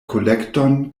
kolekton